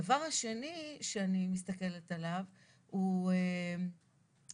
הדבר השני שאני מסתכלת עליו הוא ההתאמה.